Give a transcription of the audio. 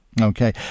Okay